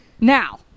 Now